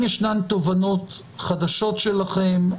האם ישנן תובנות חדשות שלכם?